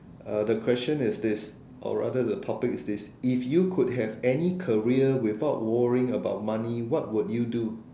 uh the question is this or rather the topic is this if you could have any career without worrying about money what would you do